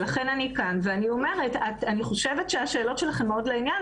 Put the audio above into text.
ולכן אני כאן ואני אומרת - אני חושבת שהשאלות שלכם מאוד לעניין,